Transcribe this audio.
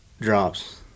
drops